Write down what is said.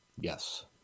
Yes